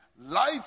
life